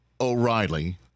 O'Reilly